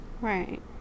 Right